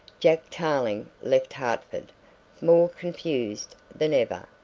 jack tarling left hertford more confused than ever.